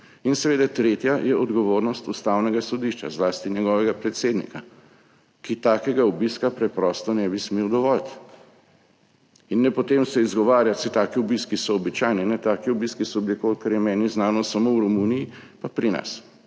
In seveda tretja je odgovornost Ustavnega sodišča, zlasti njegovega predsednika, ki takega obiska preprosto ne bi smeli dovoliti in ne potem se izgovarjati saj taki obiski so običajno. Ne taki obiski so bili, kolikor je meni znano, samo v Romuniji pa pri nas